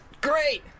Great